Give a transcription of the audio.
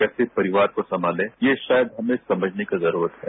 कैसे परिवार को संमालेये शायद हमें समझने की जरूरत है